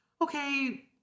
okay